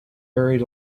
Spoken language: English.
buried